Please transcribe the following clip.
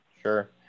Sure